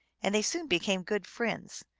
and they soon became good friends,